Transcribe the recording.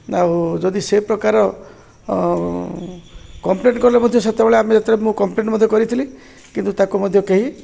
ଆଉ ଯଦି ସେ ପ୍ରକାର କମ୍ପ୍ଲେନ୍ କଲେ ମଧ୍ୟ ସେତେବେଳେ ଆମେ ଯେତେବେଳେ ମୁଁ କମ୍ପ୍ଲେନ୍ ମଧ୍ୟ କରିଥିଲି କିନ୍ତୁ ତାକୁ ମଧ୍ୟ କେହି